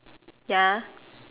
ya